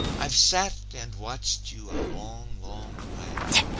i've sat and watched you a long, long while,